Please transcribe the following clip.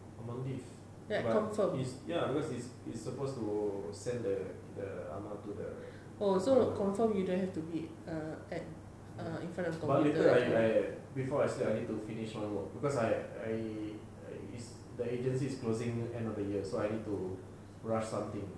I'm on leave but ya because it's it's supposed to send the the amar to the oh but later I I before I sleep I need to finish the work because I I the agency is closing end of the year so I need to rush something